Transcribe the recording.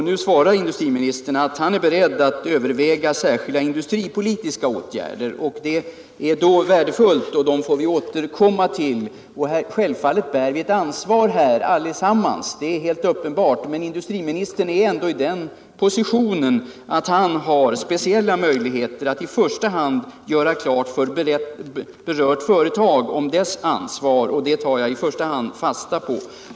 Nu svarar industriministern att han är beredd att överväga särskilda industripolitiska åtgärder, och det är värdefullt; dem får vi återkomma till. Att vi här allesammans bär ett ansvar är helt uppenbart. Men industriministern är ändå i den positionen att han har speciella möjligheter att göra klart för berört företag vad som är dess ansvar, och det tar jag i första hand fasta på.